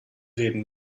reden